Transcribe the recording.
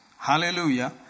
Hallelujah